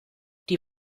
die